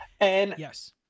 Yes